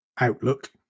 Outlook